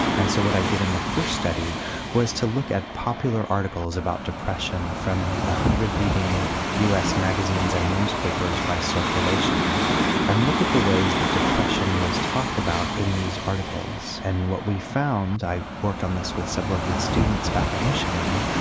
and so what i did in the first study was to look at popular articles about depression from the hundred leading us magazines and newspapers by circulation and look at the ways that depression was talked about in these articles. and what we found, i worked on this with several of my students back in michigan,